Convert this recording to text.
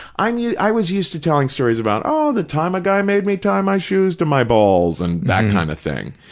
um i was used to telling stories about, oh, the time a guy made me tie my shoes to my balls and that kind of thing.